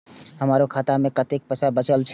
हमरो खाता में कतेक पैसा बचल छे?